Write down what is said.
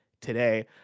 today